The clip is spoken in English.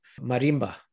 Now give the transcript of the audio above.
marimba